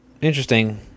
interesting